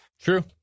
True